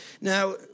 Now